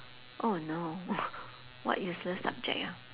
oh no what useless subject ya